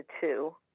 two